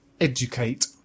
educate